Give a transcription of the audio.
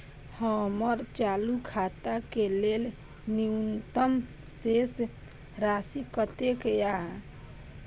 हमर चालू खाता के लेल न्यूनतम शेष राशि कतेक या?